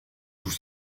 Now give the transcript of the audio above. vous